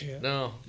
No